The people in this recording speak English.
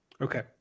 Okay